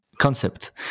concept